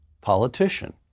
politician